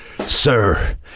sir